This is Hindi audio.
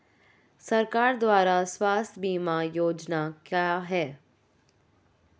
सरकार द्वारा स्वास्थ्य बीमा योजनाएं क्या हैं?